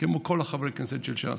כמו כל חברי הכנסת של ש"ס,